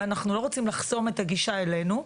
ואנחנו לא רוצים לחסום את הגישה אלינו.